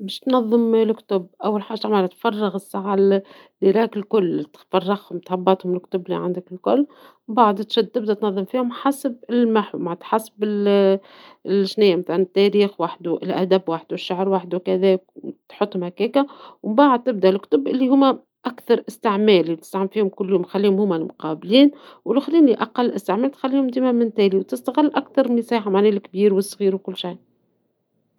باش تنظم الكتب ، أول حاجة تعملها تفرغ الساعة المكتبة الكل ، كامل تهبطهم الكتب لي عندك الكل ، تفرغهم تهبطهم الكل ، من بعد تشد تبدى تنظم فيهم حسب المحور حسب شنيا مثلا التاريخ وحدو الأدب وحدو الشعر وحدو ،كذا تحطهم هكاكا ، من بعد تبدى الكتب لي هوما أكثر استعمالا ، تسعمل فيهم كل يوم خليهم هوما لي مقابلين ، ولخرين الأقل استعمالا تخليهم ديما من التالي ، تستغل أكثر مساحة معناها الكبير والصغير وكل شي.